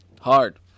Hard